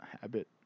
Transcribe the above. habit